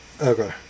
Okay